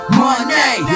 money